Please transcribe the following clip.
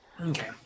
Okay